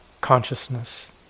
consciousness